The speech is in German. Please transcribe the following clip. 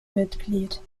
mitglied